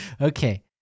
Okay